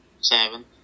Seven